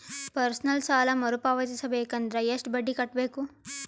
Personal ಸಾಲ ಮರು ಪಾವತಿಸಬೇಕಂದರ ಎಷ್ಟ ಬಡ್ಡಿ ಕಟ್ಟಬೇಕು?